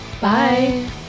Bye